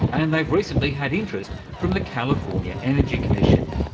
and they've recently had interest from the california energy commission.